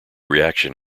reaction